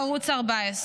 ערוץ 14,